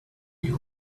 you